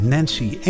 Nancy